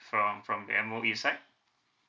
from from M_O_E side